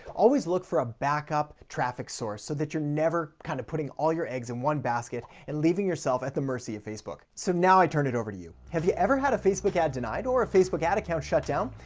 always look for a backup traffic source so that you're never kind of putting all your eggs in one basket and leaving yourself at the mercy of facebook. so now i turn it over to you. have you ever had a facebook ad denied or a facebook ad account shut down?